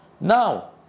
Now